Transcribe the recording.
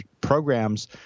programs